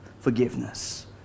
forgiveness